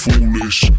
Foolish